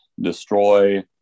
destroy